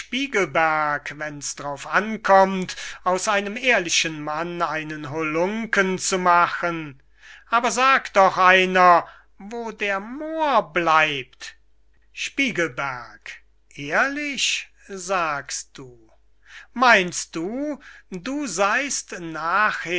spiegelberg wenn's drauf ankommt aus einem ehrlichen mann einen hollunken zu machen aber sag doch einer wo der moor bleibt spiegelberg ehrlich sagst du meynst du du seyst nachher